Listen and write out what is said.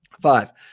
five